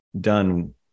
done